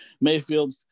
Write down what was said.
Mayfield